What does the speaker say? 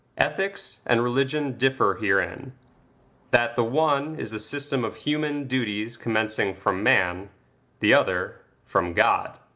ethics and religion differ herein that the one is the system of human duties commencing from man the other, from god.